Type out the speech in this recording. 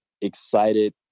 excited